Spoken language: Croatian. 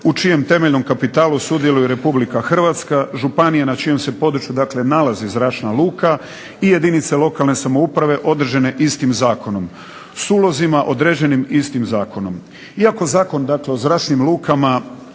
u čijem temeljnom kapitalu sudjeluje Republika Hrvatska, županije na čijem se području nalazi zračna luka i jedinice lokalne samouprave određene istim zakonom, s ulozima određenim istim zakonom. Iako Zakon o zračnim lukama